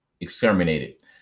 exterminated